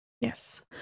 Yes